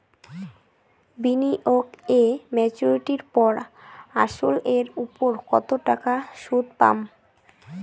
বিনিয়োগ এ মেচুরিটির পর আসল এর উপর কতো টাকা সুদ পাম?